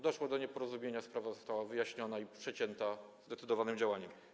Doszło do nieporozumienia, sprawa została wyjaśniona i przecięta zdecydowanym działaniem.